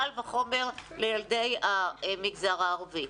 קל וחומר לילדי המגזר הערבי.